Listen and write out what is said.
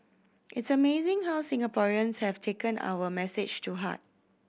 it's amazing how Singaporeans have taken our message to heart